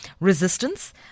resistance